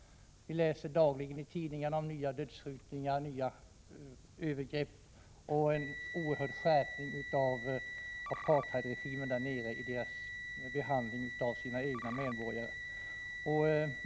Dagligen kan vi läsa i tidningarna om nya dödsskjutningar och övergrepp och om en oerhörd skärpning i apartheidregimens behandling av sina medborgare.